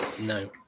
No